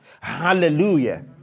Hallelujah